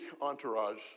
entourage